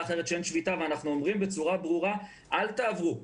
אחרת בה אין שביתה ואנחנו אומרים בצורה ברורה אל תעברו.